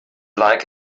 like